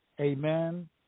amen